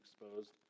exposed